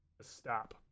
stop